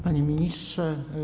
Panie Ministrze!